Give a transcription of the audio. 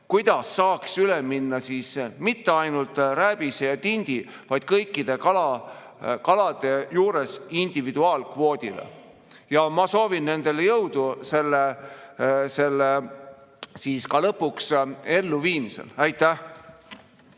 kuidas saaks üle minna mitte ainult rääbise ja tindi, vaid kõikide kalade juures individuaalkvoodile. Ma soovin neile jõudu ka selle lõpuks elluviimisel. Aitäh!